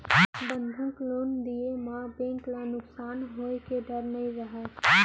बंधक लोन दिये म बेंक ल नुकसान होए के डर नई रहय